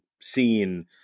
seen